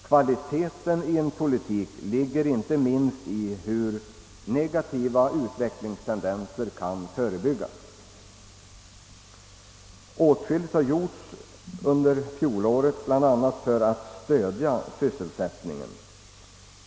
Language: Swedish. Kvaliteten i en politik ligger inte minst i hur negativa utvecklingstendenser kan förebyggas. Åtskilligt har gjorts under fjolåret för att stödja sysselsättningen.